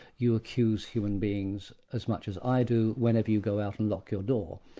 you accuse human beings as much as i do whenever you go out and lock your door.